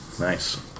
nice